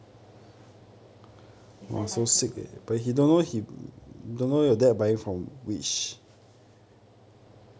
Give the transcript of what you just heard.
next time buy crab for you